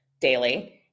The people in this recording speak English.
daily